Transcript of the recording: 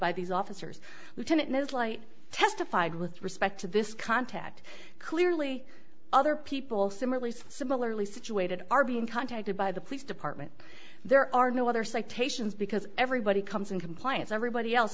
by these officers lieutenant as light testified with respect to this contact clearly other people similarly similarly situated are being contacted by the police department there are no other citations because everybody comes in compliance everybody else